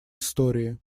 истории